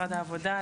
משרד העבודה,